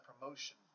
promotion